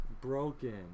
broken